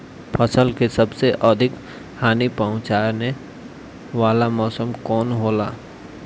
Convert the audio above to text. फसल के सबसे अधिक हानि पहुंचाने वाला मौसम कौन हो ला?